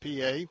PA